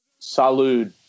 Salud